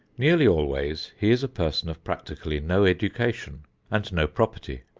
nearly always he is a person of practically no education and no property.